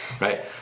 right